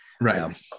Right